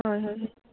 হয় হয়